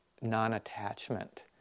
non-attachment